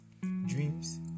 dreams